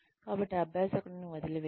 కాబట్టి అభ్యాసకుడిని వదిలివేయవద్దు